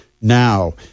now